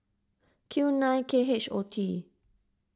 Q nine K H O T